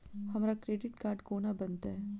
हमरा credit card कोना बनतै?